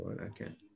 Okay